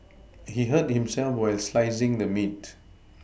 he hurt himself while slicing the meat